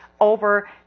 over